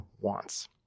wants